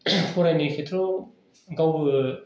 फरानि खेथ्रोआव गावबो